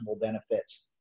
benefits